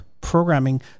programming